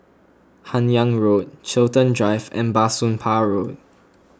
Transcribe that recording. Hun Yeang Road Chiltern Drive and Bah Soon Pah Road